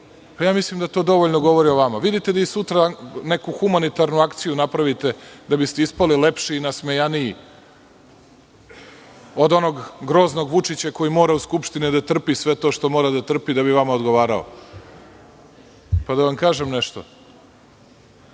ja mislim da to dovoljno govori o vama. Vidite vi sutra neku humanitarnu akciju napravite da bi ste ispali lepši i nasmejaniji od onog groznog Vučića, koji mora u Skupštini da trpi sve to što mora da trpi da bi vama odgovarao. Da vam kažem nešto